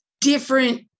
different